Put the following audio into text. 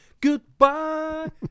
Goodbye